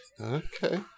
okay